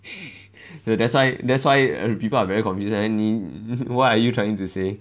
that's why that's why people are very confused is like 你 mm what are you trying to say